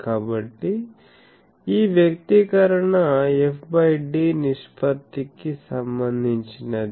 కాబట్టి ఈ వ్యక్తీకరణ fd నిష్పత్తికి సంబంధించినది